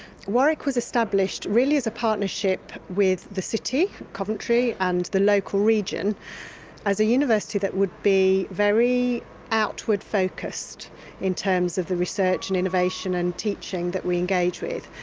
warwick was established really as a partnership with the city of coventry and the local region as a university that would be very outward focused in terms of the research and innovation and teaching that we engage with.